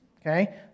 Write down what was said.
okay